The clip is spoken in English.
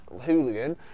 hooligan